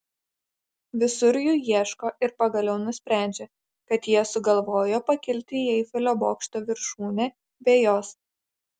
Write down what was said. visur jų ieško ir pagaliau nusprendžia kad jie sugalvojo pakilti į eifelio bokšto viršūnę be jos